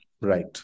Right